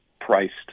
priced